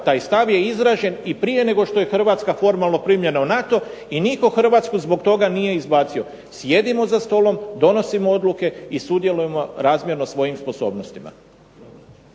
taj stav je izražen i prije nego što je Hrvatska formalno primljena u NATO i nitko Hrvatsku zbog toga nije izbacio. Sjedimo za stolom, donosimo odluke i sudjelujemo razmjerno svojim sposobnostima.